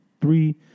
three